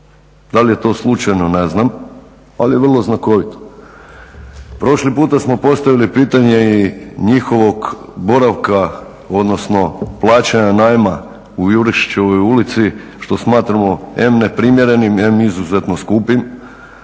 Da li je to slučajno ne znam, ali je vrlo znakovito. Prošli puta smo postavili pitanje i njihovog boravka, odnosno plaćanja najma u Jurišićevoj ulici što smatramo em ne primjerenim em izuzetno skupim,